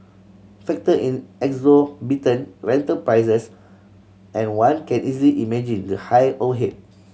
factor in exorbitant rental prices and one can easily imagine the high overhead